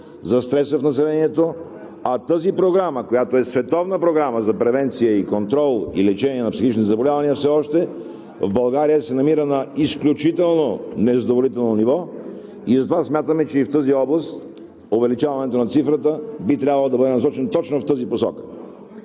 за стреса в населението. А тази програма, която е световна програма за превенция, контрол и лечение на психичните заболявания, все още в България се намира на изключително незадоволително ниво и затова смятаме, че и в тази област увеличаването на цифрата би трябвало да бъде насочено точно в тази посока.